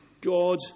God